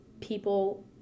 people